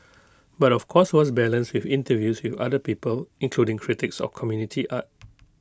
but of course was balanced with interviews with other people including critics of community art